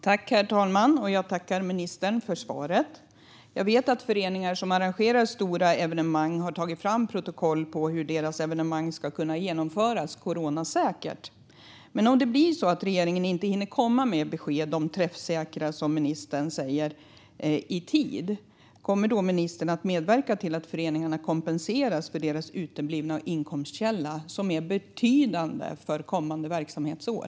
Herr talman! Jag tackar ministern för svaret. Jag vet att föreningar som arrangerar stora evenemang har tagit fram protokoll för hur deras evenemang ska kunna genomföras coronasäkert. Men om regeringen inte i tid hinner komma med besked om träffsäkra lösningar, som ministern säger, undrar jag: Kommer ministern att medverka till att föreningarna kompenseras för den uteblivna inkomstkällan, som är betydande för kommande verksamhetsår?